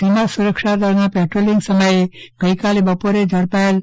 સીમા સુરક્ષાદળના પેટ્રોલીંગ સમયે ગઈકાલે બપોરે ઝડપાયો હતો